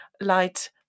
light